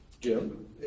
Jim